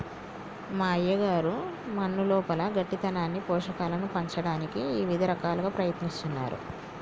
మా అయ్యగారు మన్నులోపల గట్టితనాన్ని పోషకాలను పంచటానికి ఇవిద రకాలుగా ప్రయత్నిస్తున్నారు